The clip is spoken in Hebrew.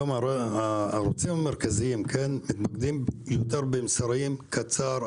היום הערוצים המרכזיים מתמקדים יותר במסרים קצרים,